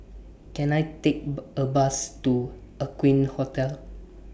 Can I Take A Bus to Aqueen Hotel